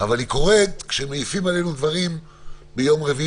אבל היא קורית כשמעיפים עלינו דברים מיום רביעי